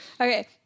Okay